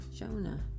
Jonah